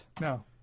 No